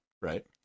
right